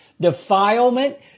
defilement